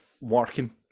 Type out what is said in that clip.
working